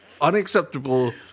unacceptable